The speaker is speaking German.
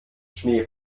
schnee